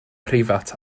preifat